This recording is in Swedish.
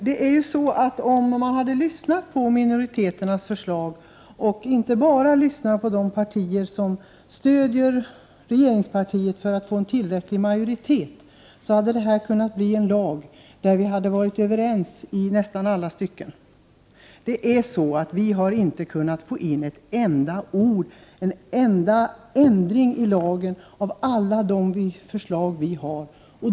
Fru talman! Om man hade lyssnat på minoriteternas förslag, och inte bara lyssnat på de partier som stödjer regeringspartiet för att få en tillräcklig majoritet, hade det kunnat skapas en lag där vi hade varit överens i nästan alla stycken. Vi i miljöpartiet har inte fått in en enda ändring i lagen trots alla de förslag vi har.